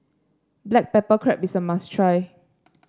Black Pepper Crab is a must try